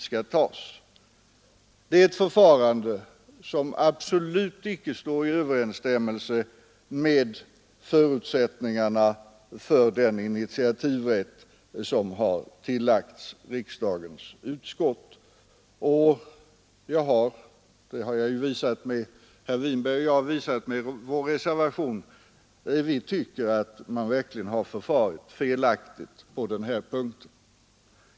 Det är ett förfarande som absolut icke står i överensstämmelse med förutsättningarna för den initiativrätt som har tillagts riksdagens utskott. Herr Winberg och jag har med vår reservation velat visa att vi tycker att man verkligen har förfarit felaktigt på denna punkt.